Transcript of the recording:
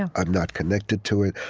i'm not connected to it.